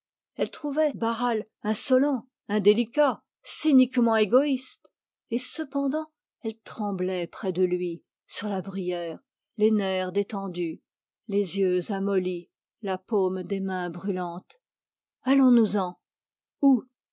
elle trouvait barral indélicat cyniquement égoïste et cependant elle tremblait près de lui sur la bruyère les nerfs détendus les yeux amollis la paume des mains brûlantes allons-nous-en où